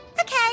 Okay